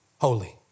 holy